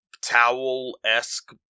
towel-esque